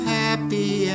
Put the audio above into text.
happy